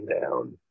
down